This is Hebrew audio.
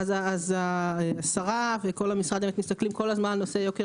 אז השרה וכל המשרד באמת מסתכלים כל הזמן על נושא יוקר